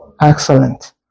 Excellent